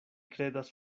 kredas